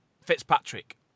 Fitzpatrick